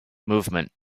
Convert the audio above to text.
movement